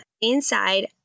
Inside